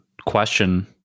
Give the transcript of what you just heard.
question